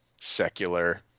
secular